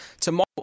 tomorrow